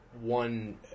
one